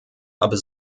aber